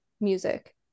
music